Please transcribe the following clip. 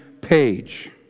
page